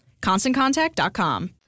ConstantContact.com